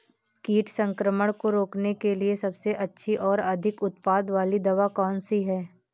कीट संक्रमण को रोकने के लिए सबसे अच्छी और अधिक उत्पाद वाली दवा कौन सी है?